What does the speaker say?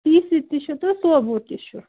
پیٖسِتھ تہِ چھُ تہٕ سوبود تہ چھُ